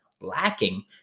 lacking